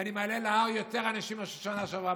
ואני מעלה להר יותר אנשים מבשנה שעברה,